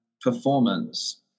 performance